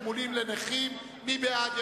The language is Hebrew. מי בעד?